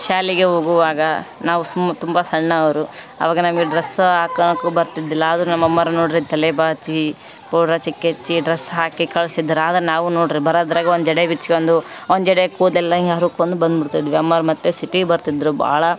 ಶಾಲೆಗೆ ಹೋಗುವಾಗ ನಾವು ಸುಮ್ ತುಂಬ ಸಣ್ಣವರು ಅವಾಗ ನಮಗೆ ಡ್ರಸ್ಸಾ ಹಾಕಾಳೋಕ್ ಬರ್ತಿದ್ದಿಲ್ಲ ಆದರು ನಮ್ಮ ಅಮ್ಮವ್ರು ನೋಡ್ರಿ ತಲೆಬಾಚಿ ಪೌಡ್ರ್ ಹಚ್ಚಿ ಕೆಚ್ಚಿ ಡ್ರಸ್ ಹಾಕಿ ಕಳ್ಸಿದ್ರೆ ಆಗ ನಾವು ನೋಡ್ರಿ ಬರೊದ್ರಾಗೆ ಒಂದು ಜಡೆ ಬಿಚ್ಕೊಂಡು ಒಂದು ಜಡೆ ಕೂದಲೆಲ್ಲ ಹಿಂಗೆ ಹರ್ಕೊಂಡು ಬಂದ್ಬಿಡ್ತಿದ್ವಿ ಅಮ್ಮವ್ರು ಮತ್ತು ಸಿಟ್ಟಿಗ್ ಬರ್ತಿದ್ರು ಭಾಳ